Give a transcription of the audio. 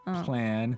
plan